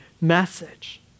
message